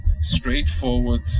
straightforward